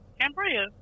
Cambria